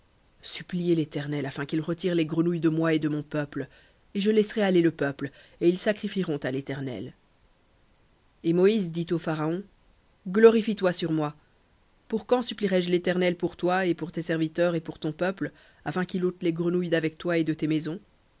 suppliez l'éternel afin qu'il retire les grenouilles de moi et de mon peuple et je laisserai aller le peuple et ils sacrifieront à léternel et moïse dit au pharaon glorifie toi sur moi pour quand supplierai je pour toi et pour tes serviteurs et pour ton peuple afin qu'il ôte les grenouilles d'avec toi et de tes maisons